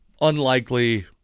unlikely